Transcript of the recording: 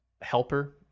helper